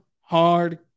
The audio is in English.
hard